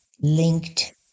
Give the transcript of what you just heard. linked